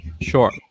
sure